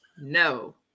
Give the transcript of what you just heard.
no